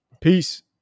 Peace